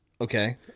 Okay